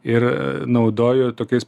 ir naudoju tokiais